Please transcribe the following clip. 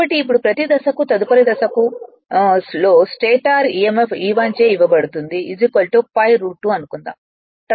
కాబట్టి ఇప్పుడు ప్రతి దశకు తదుపరి దశకు ల్ స్టేటర్ emf E1 చే ఇవ్వబడుతుంది √ 2 అనుకుందాం